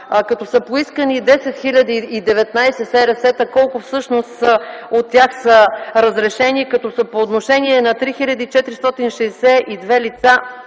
като са поискани 10 019 СРС-та, колко всъщност от тях са разрешени, като са по отношение на 3462 лица,